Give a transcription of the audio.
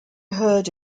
heard